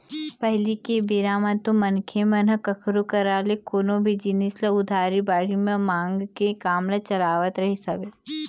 पहिली के बेरा म तो मनखे मन ह कखरो करा ले कोनो भी जिनिस ल उधारी बाड़ही मांग के काम ल चलावत रहिस हवय